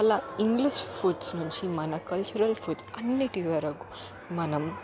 అలా ఇంగ్లీష్ ఫుడ్స్ నుంచి మన కల్చరల్ ఫుడ్స్ అన్నింటి వరకు మనం